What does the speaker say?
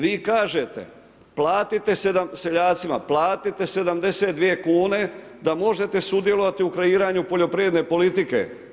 Vi kažete, platite seljacima, platite 72 kune da možete sudjelovati u kreiranju poljoprivredne politike.